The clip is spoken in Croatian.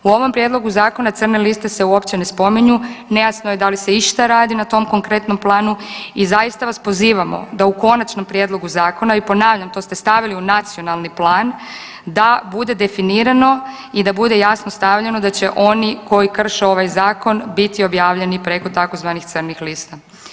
U ovom prijedlogu Zakona crne liste se uopće ne spominju, nejasno je da li se išta radi na tom konkretnom planu i zaista vas pozivamo da u konačnom prijedlogu Zakona i ponavljam, to ste stavili u Nacionalni plan, da bude definirano i da bude jasno stavljeno da će oni koji krše ovaj Zakon biti objavljeni preko tzv. crnih lista.